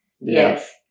Yes